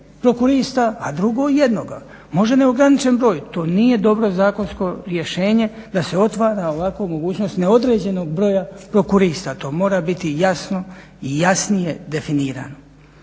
prokurista a drugo jednoga. Može neograničen broj, to nije dobro zakonsko rješenje da se otvara ovakva mogućnost neodređenog broja prokurista. To mora biti jasno i jasnije definirano.